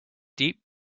deep